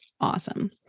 awesome